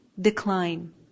decline